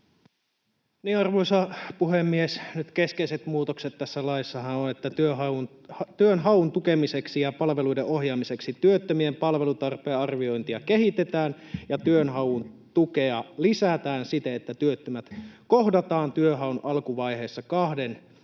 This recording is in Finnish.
Arvoisa puhemies! Keskeiset muutokset tässä laissahan ovat, että työnhaun tukemiseksi ja palveluiden ohjaamiseksi työttömien palvelutarpeen arviointia kehitetään ja työnhaun tukea lisätään siten, että työttömät kohdataan työnhaun alkuvaiheessa kahden